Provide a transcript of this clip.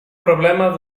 problemas